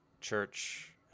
church